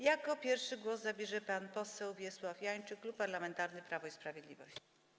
Jako pierwszy głos zabierze pan poseł Wiesław Janczyk, Klub Parlamentarny Prawo i Sprawiedliwość.